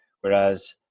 whereas